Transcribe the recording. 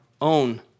own